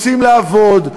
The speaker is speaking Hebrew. רוצים לעבוד,